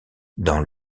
dans